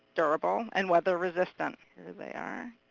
durable, and weather-resistant. here they are,